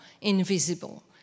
invisible